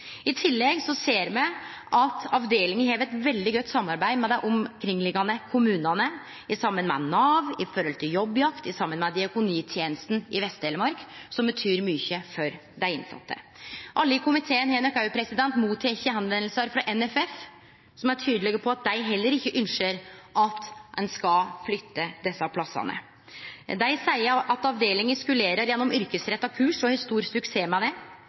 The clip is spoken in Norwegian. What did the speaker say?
tillegg ser me at avdelinga har eit veldig godt samarbeid med dei omkringliggjande kommunane, saman med Nav, med omsyn til jobbjakt, saman med diakonitenesta i Vest-Telemark, som betyr mykje for dei innsette. Alle i komiteen har nok òg motteke oppmodingar frå NFF, som er tydelege på at dei heller ikkje ønskjer at ein skal flytte desse plassane. Dei seier at avdelinga skulerer gjennom yrkesretta kurs, og har stor suksess med det.